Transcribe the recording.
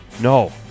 No